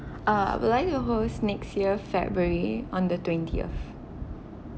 uh I would like to host next year february on the twentieth